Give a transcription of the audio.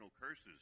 curses